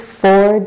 four